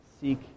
seek